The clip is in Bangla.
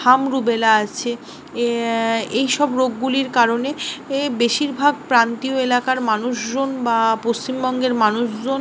হাম রুবেলা আছে এই সব রোগগুলির কারণে বেশিরভাগ প্রান্তীয় এলাকার মানুষজন বা পশ্চিমবঙ্গের মানুষজন